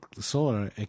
solar